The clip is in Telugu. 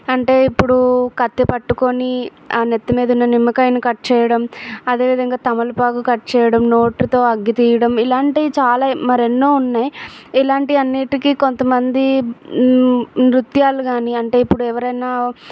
అంటే ఇప్పుడు కత్తి పట్టుకొని ఆ నెత్తి మీద ఉన్న నిమ్మకాయను కట్ చేయడం అదేవిధంగా తమలపాకు కట్ చేయడం నోటితో అగ్గి తీయడం ఇలాంటివి చాలా మరి ఎన్నో ఉన్నాయి ఇలాంటివి అన్నింటికి కొంతమంది నృత్యాలు కానీ అంటే ఇప్పుడు ఎవరన్న